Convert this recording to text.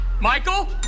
Michael